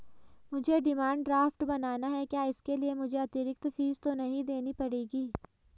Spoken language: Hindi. मुझे डिमांड ड्राफ्ट बनाना है क्या इसके लिए मुझे अतिरिक्त फीस तो नहीं देनी पड़ेगी?